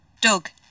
Doug